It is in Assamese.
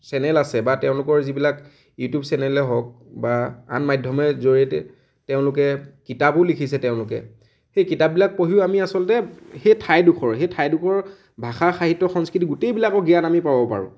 চেনেল আছে বা তেওঁলোকৰ যিবিলাক ইউটিউব চেনেলে হওক বা আন মাধ্য়মে জৰিয়তে তেওঁলোকে কিতাপো লিখিছে তেওঁলোকে সেই কিতাপবিলাক পঢ়িও আমি আচলতে সেই ঠাইডোখৰ সেই ঠাইডোখৰৰ ভাষা সাহিত্য় সংস্কৃতি গোটেইবিলাকৰ জ্ঞান আমি পাব পাৰোঁ